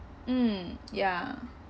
mm ya